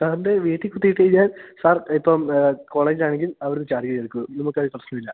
സാറിൻ്റെ വീട്ടില് കുത്തിയിട്ട് കഴിഞ്ഞാൽ സാർ ഇപ്പം കോളേജിലാണെങ്കിൽ അവിടെനിന്ന് ചാർജ് കയറിക്കോളും നമുക്കതിൽ പ്രശ്നമില്ല